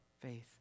faith